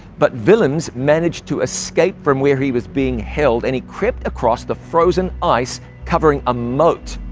but willems managed to escape from where he was being held, and he crept across the frozen ice covering a moat.